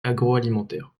agroalimentaire